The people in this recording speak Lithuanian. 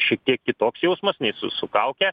šiek tiek kitoks jausmas nei su su kauke